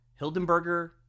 Hildenberger